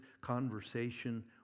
conversation